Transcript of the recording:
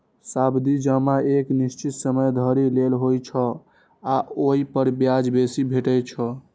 सावधि जमा एक निश्चित समय धरि लेल होइ छै आ ओइ पर ब्याज बेसी भेटै छै